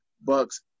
Bucks